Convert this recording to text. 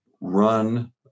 run